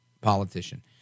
politician